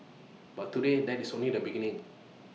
but today that is only the beginning